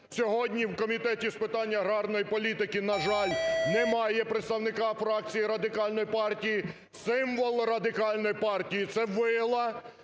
Сьогодні в Комітеті з питань аграрної політики, на жаль, немає представника фракції Радикальної партії. Символ Радикальної партії – це вила,